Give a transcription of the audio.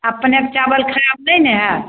अपने के चावल खराप नहि ने हएत